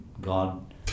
God